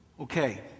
Okay